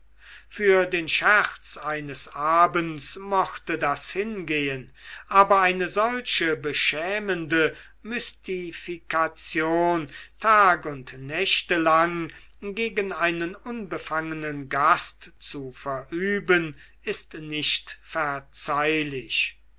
für den scherz eines abends mochte das hingehen aber eine solche beschämende mystifikation tage und nächte lang gegen einen unbefangenen gast zu verüben ist nicht verzeihlich